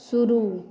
शुरू